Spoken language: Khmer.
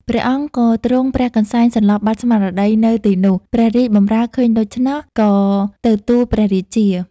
ព្រះអង្គក៏ទ្រង់ព្រះកន្សែងសន្លប់បាត់ស្មារតីនៅទីនោះ ព្រះរាជបម្រើឃើញដូច្នោះ ក៏ទៅទូលព្រះរាជា។